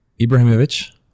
Ibrahimovic